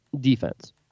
Defense